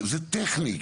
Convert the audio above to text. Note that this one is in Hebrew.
זה טכני.